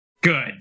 Good